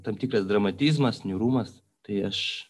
tam tikras dramatizmas niūrumas tai aš